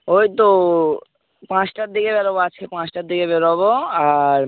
ওই তো পাঁচটার দিকে বেরোবো আজকে পাঁচটার দিকে বেরোবো আর